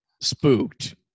Spooked